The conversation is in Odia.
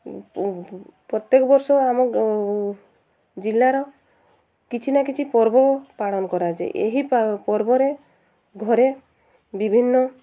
ପ୍ରତ୍ୟେକ ବର୍ଷ ଆମ ଜିଲ୍ଲାର କିଛି ନା କିଛି ପର୍ବ ପାଳନ କରାଯାଏ ଏହି ପର୍ବରେ ଘରେ ବିଭିନ୍ନ